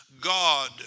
God